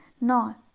No